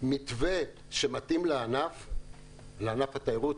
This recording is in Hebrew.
מתווה שמתאים לענף התיירות.